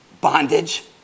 bondage